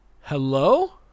Hello